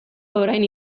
orain